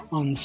on